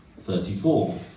Thirty-four